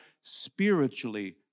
spiritually